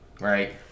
right